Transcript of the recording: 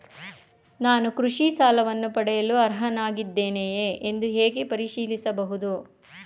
ನಾನು ಕೃಷಿ ಸಾಲವನ್ನು ಪಡೆಯಲು ಅರ್ಹನಾಗಿದ್ದೇನೆಯೇ ಎಂದು ಹೇಗೆ ಪರಿಶೀಲಿಸಬಹುದು?